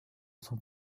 son